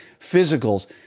physicals